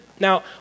Now